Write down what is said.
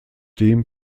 dem